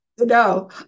No